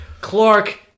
Clark